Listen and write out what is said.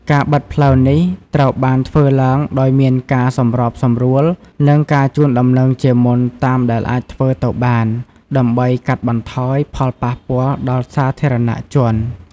ការបិទផ្លូវនេះត្រូវបានធ្វើឡើងដោយមានការសម្របសម្រួល និងការជូនដំណឹងជាមុនតាមដែលអាចធ្វើទៅបាន ដើម្បីកាត់បន្ថយផលប៉ះពាល់ដល់សាធារណជន។